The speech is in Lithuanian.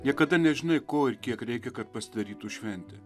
niekada nežinai ko ir kiek reikia kad pasidarytų šventė